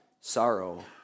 sorrow